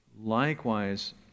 Likewise